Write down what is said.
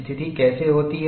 स्थिति कैसे होती है